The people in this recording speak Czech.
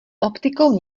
optikou